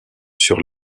sur